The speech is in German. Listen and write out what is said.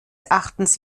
erachtens